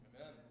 Amen